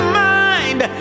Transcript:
mind